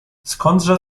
skądże